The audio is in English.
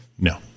No